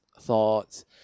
thoughts